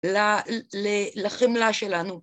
‫לחמלה שלנו.